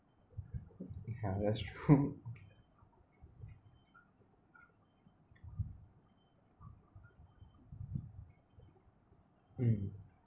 that's true mm